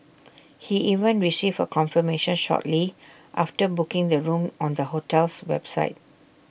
he even received A confirmation shortly after booking the room on the hotel's website